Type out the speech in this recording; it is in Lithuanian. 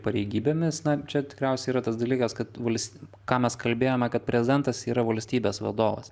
pareigybėmis na čia tikriausiai yra tas dalykas kad vals ką mes kalbėjome kad prezidentas yra valstybės vadovas